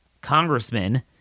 congressman